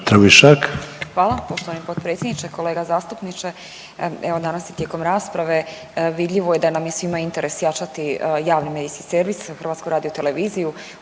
Hvala poštovani potpredsjedniče. Kolega zastupniče, evo danas i tijekom rasprave vidljivo je da nam je svima interes jačati javni medijski servis HRT, ovo i